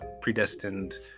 predestined